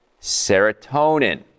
serotonin